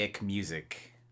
music